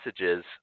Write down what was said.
messages